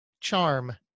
charm